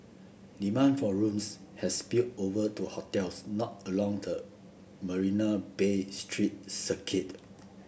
demand for rooms has spilled over to hotels not along the Marina Bay street circuit